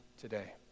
today